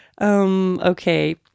Okay